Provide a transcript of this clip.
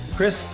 Chris